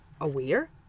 aware